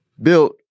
built